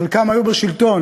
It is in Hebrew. חלקם היו בשלטון.